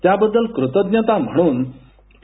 त्याबद्दल कृतज्ञता म्हणून पु